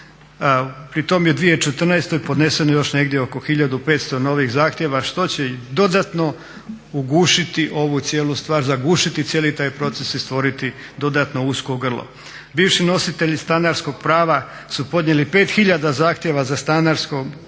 pri tome je u 2014.podneseno još negdje oko 1.500 novih zahtjeva što će dodatno zagušiti cijeli taj proces i stvoriti dodatno usko grlo. Bivši nositelji stanarskog prava su podnijeli 5.000 zahtjeva za stambeno